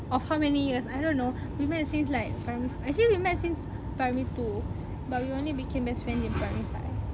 of how many years I don't know maybe ah since like primary fou~ eh actually we met since primary two but we only became best friends in primary five